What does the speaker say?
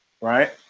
right